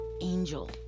angel